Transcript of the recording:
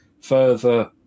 further